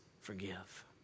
forgive